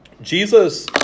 Jesus